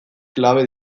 klabe